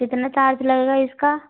कितना चार्ज लगेगा इसका